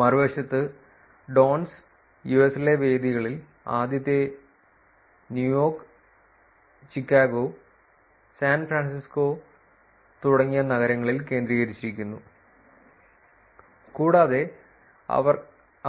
മറുവശത്ത് ഡോൺസ് യുഎസിലെ വേദികളിൽ ആദ്യത്തെ ന്യൂയോർക്ക് ചിക്കാഗോ സാൻ ഫ്രാൻസിസ്കോ തുടങ്ങിയ നഗരങ്ങളിൽ കേന്ദ്രീകരിച്ചിരിക്കുന്നു കൂടാതെ